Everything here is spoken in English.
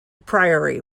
priory